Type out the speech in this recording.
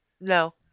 no